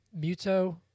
Muto